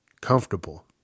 Comfortable